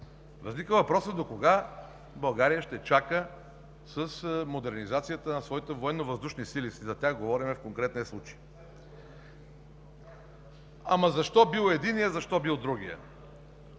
Възниква въпросът – до кога България ще чака с модернизацията на своите военновъздушни сили, за тях говорим в конкретния случай? Ама, защо бил единият, защо бил другият?